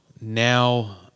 Now